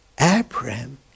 Abraham